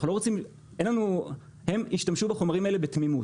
הם השתמשו בחומרים האלה בתמימות.